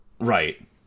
right